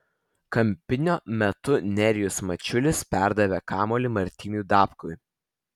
kampinio metu nerijus mačiulis perdavė kamuolį martynui dapkui